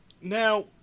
Now